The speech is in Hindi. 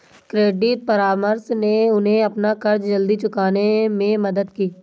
क्रेडिट परामर्श ने उन्हें अपना कर्ज जल्दी चुकाने में मदद की